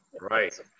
Right